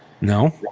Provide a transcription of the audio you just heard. No